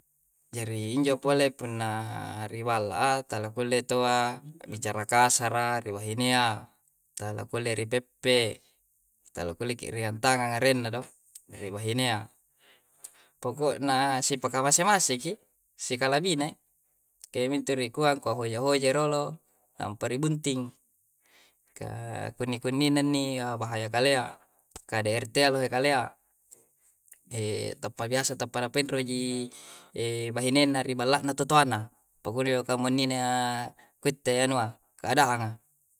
Jari injo pole punna riballa'a, talakkule taua a'bicara kasara ri bahinea, talakulle ripeppe, talakkulleki a'ringang tangang arenna do ri bahinea. Pokokna sipakamase-maseki sikalabine. Ka iyyamintu rikua, kua hoja-hojai rolo nampa ri bunting. Ka kunni-kunnina inni, abahaya kalea', kade ertea lohe kalea' tappa biasa tappa' napainroji bahinenna ri balla'na tutoana. Pakunni kamunnina kuitte anua, keadaanga.